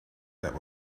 that